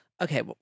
Okay